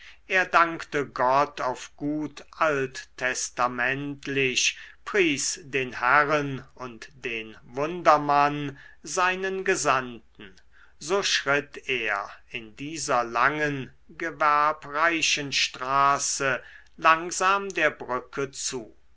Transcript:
er dankte gott auf gut alttestamentlich pries den herren und den wundermann seinen gesandten so schritt er in dieser langen gewerbreichen straße langsam der brücke zu